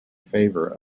favor